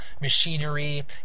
machinery